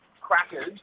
crackers